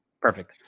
Perfect